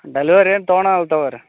delivery ಏನು ತಗೊಳಲ್ ತಗೊರಿ